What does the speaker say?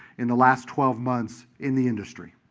in the last twelve months, in the industry.